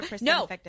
No